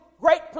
great